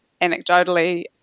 anecdotally